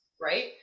right